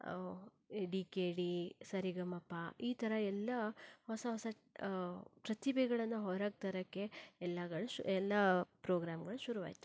ಈ D K D Sarigamapa ಈ ಥರ ಎಲ್ಲ ಹೊಸ ಹೊಸ ಪ್ರತಿಭೆಗಳನ್ನು ಹೊರಗೆ ತರೋಕ್ಕೆ ಎಲ್ಲಗಳ್ ಶು ಎಲ್ಲ ಪ್ರೋಗ್ರಾಮ್ಗಳು ಶುರುವಾಯಿತು